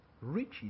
riches